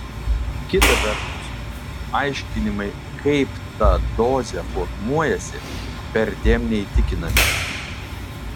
kita vertus aiškinimai kaip ta dozė formuojasi perdėm neįtikinami